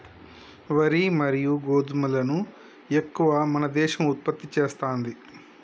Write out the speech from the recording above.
వరి మరియు గోధుమలను ఎక్కువ మన దేశం ఉత్పత్తి చేస్తాంది